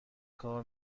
کار